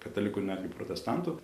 katalikų ir netgi protestantų